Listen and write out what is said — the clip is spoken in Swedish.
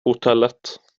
hotellet